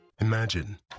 Imagine